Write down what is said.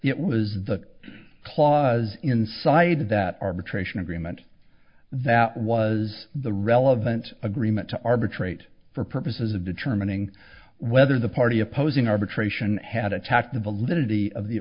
it was the clause inside that arbitration agreement that was the relevant agreement to arbitrate for purposes of determining whether the party opposing arbitration had attacked the validity of the